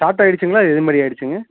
shot ஆயிடுச்சுங்களா எது மாரி ஆயிடுச்சுங்க